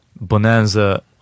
bonanza